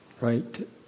right